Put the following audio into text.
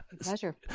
Pleasure